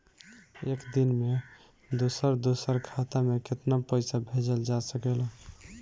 एक दिन में दूसर दूसर खाता में केतना पईसा भेजल जा सेकला?